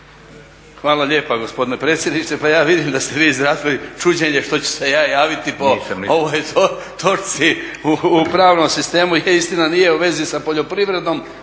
Hvala lijepa gospodine predsjedniče. Pa ja vidim da ste vi izrazili čuđenje što ću se ja javiti po ovoj točci u pravnom sistemu. Je istina nije u vezi sa poljoprivredom